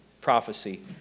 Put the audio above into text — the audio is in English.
prophecy